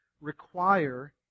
require